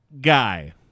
guy